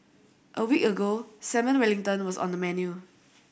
a week ago Salmon Wellington was on the menu